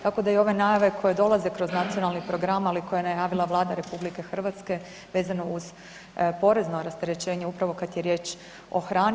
Tako da i ove najave koje dolaze kroz nacionalni program, ali i koje je najavila Vlada RH vezano uz porezno rasterećenje upravo kada je riječ o hrani.